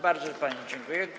Bardzo pani dziękuję.